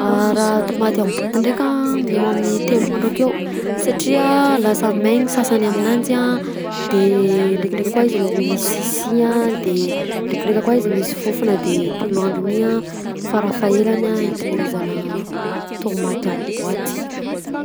Ah raha tomaty amy boaty ndreka eo amin'ny telo andro akeo satria lasa maigny sasany aminanjy a de drekinndreka koa izy misy sisigna de drekindreky koa misy fofona de telo andro mi a farafaelany a itehirizana tomaty amin'ny boaty.